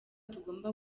tugomba